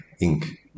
ink